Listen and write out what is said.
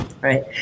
right